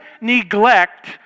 neglect